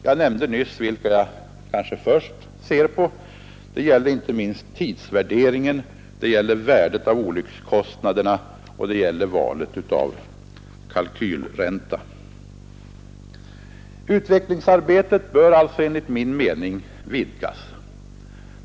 Jag nämnde nyss vilka jag närmast tänker på. Det gäller inte minst tidsvärderingen. Det gäller storleken av olyckskostnaderna, och det gäller valet av kalkylräntan. Utvecklingsarbetet bör alltså enligt min mening vidgas.